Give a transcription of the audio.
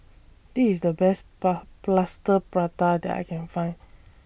This IS The Best Plaster Prata that I Can Find